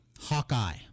Hawkeye